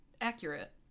Accurate